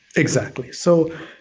exactly. so,